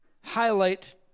highlight